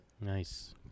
Nice